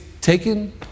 taken